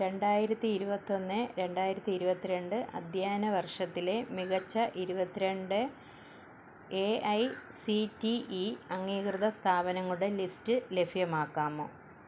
രണ്ടായിരത്തി ഇരുപത്തൊന്ന് രണ്ടായിരത്തി ഇരുപത്തിരണ്ട് അധ്യയന വർഷത്തിലെ മികച്ച ഇരുപത്തിരണ്ട് A I C T E അംഗീകൃത സ്ഥാപനങ്ങളുടെ ലിസ്റ്റ് ലഭ്യമാക്കാമോ